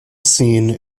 scene